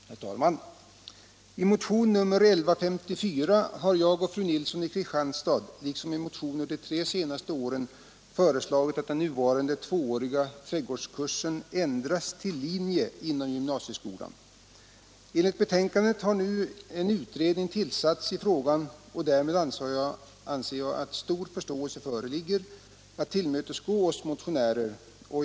Herr talman! I motionen 1154 har fru Nilsson i Kristianstad och jag, liksom under de tre senaste åren, föreslagit att den nuvarande tvååriga trädgårdskursen ändras till en linje inom gymnasieskolan. Enligt betänkandet har nu en utredning tillsatts i frågan. Därmed anser jag att det föreligger stor förståelse för att tillmötesgå oss motionärer.